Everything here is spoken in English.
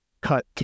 cut